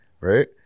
Right